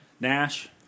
Nash